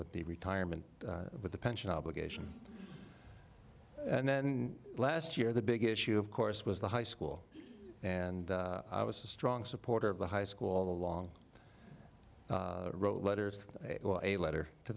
with the retirement with the pension obligation and then last year the big issue of course was the high school and i was a strong supporter of the high school the long wrote letters a letter to